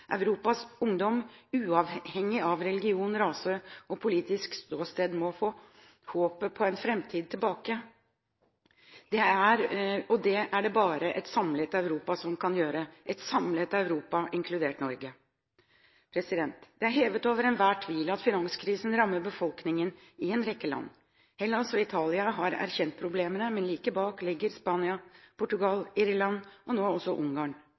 Europas ungdom, uavhengig av religion, rase og politisk ståsted, må få håpet om en framtid tilbake. Det er det bare et samlet Europa som kan bidra til – et samlet Europa, inkludert Norge. Det er hevet over enhver tvil at finanskrisen rammer befolkningen i en rekke land. Hellas og Italia har erkjent problemene, men like bak ligger Spania, Portugal, Irland – og nå også Ungarn.